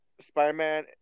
Spider-Man